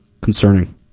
concerning